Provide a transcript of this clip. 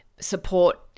support